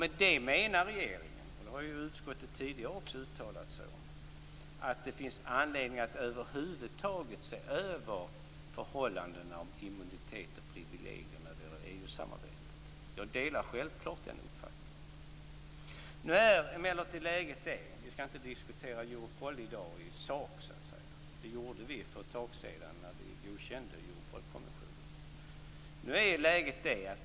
Med detta menar regeringen, och detta har också utskottet tidigare uttalat sig om, att det finns anledning att över huvud taget se över förhållandena när det gäller immunitet och privilegier i EU samarbetet. Jag delar självklart den uppfattningen. Vi skall inte i sak diskutera Europol i dag. Det gjorde vi ju för ett tag sedan då vi godkände Europolkonventionen.